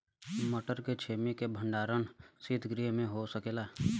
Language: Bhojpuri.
मटर के छेमी के भंडारन सितगृह में हो सकेला?